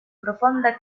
profonda